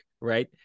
right